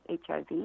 HIV